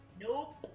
Nope